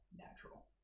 natural